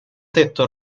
tetto